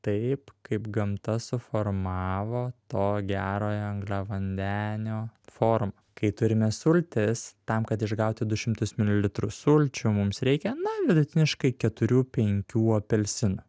taip kaip gamta suformavo to gerojo angliavandenio formą kai turime sultis tam kad išgauti du šimtus mililitrų sulčių mums reikia na vidutiniškai keturių penkių apelsinų